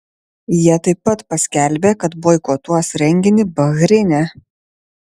jie taip pat paskelbė kad boikotuos renginį bahreine